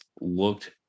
looked